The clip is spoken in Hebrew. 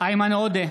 איימן עודה,